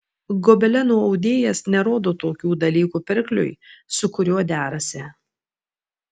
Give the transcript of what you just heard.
gobelenų audėjas nerodo tokių dalykų pirkliui su kuriuo derasi